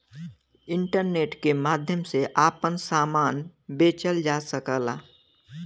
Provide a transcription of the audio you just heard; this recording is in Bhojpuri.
इंटरनेट के माध्यम से आपन सामान बेचल जा सकला